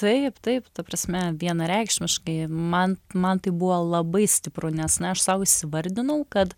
taip taip ta prasme vienareikšmiškai man man tai buvo labai stipru nes na aš sau įvardinau kad